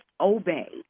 obey